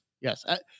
yes